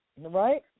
Right